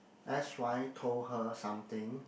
s_y told her something